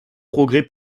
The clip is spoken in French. progrès